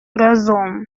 разом